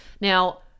Now